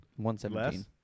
117